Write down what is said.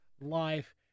life